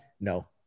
no